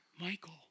Michael